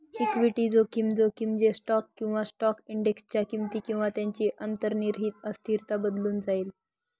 equity जोखीम, जोखीम जे स्टॉक किंवा स्टॉक इंडेक्सच्या किमती किंवा त्यांची अंतर्निहित अस्थिरता बदलून जाईल